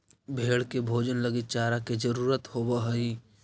भेंड़ के भोजन लगी चारा के जरूरत होवऽ हइ